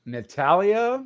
Natalia